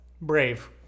brave